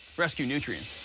rescue nutrients.